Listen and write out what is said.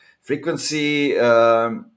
Frequency